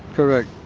correct.